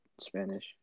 Spanish